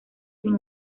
sin